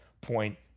point